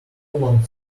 long